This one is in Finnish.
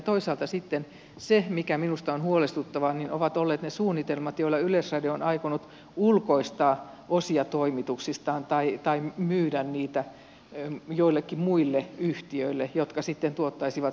toisaalta sitten se mikä minusta on huolestuttavaa ovat olleet ne suunnitelmat joilla yleisradio on aikonut ulkoistaa osia toimituksistaan tai myydä niitä joillekin muille yhtiöille jotka sitten tuottaisivat samaa ohjelmaa